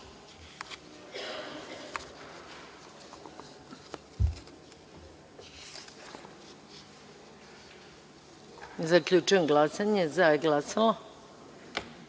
onda. Zaključujem glasanje. Za je glasalo